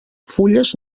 fulles